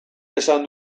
esan